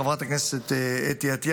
חברת הכנסת אתי עטייה,